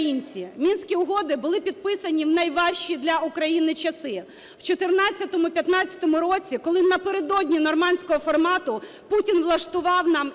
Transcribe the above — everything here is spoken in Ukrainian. Мінські угоди були підписані у найважчі для України часи, в 2014-2015 роках, коли напередодні "нормандського формату" Путін влаштував нам